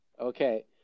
Okay